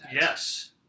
Yes